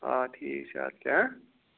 آ ٹھیٖک چھُ اد کیاہ ہا